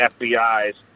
FBI's